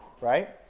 right